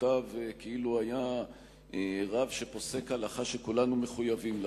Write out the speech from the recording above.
לפסיקותיו כאילו היה רב שפוסק הלכה שכולנו מחויבים לה.